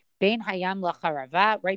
right